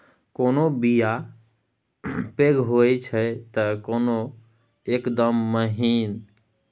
कोनो बीया पैघ होई छै तए कोनो एकदम महीन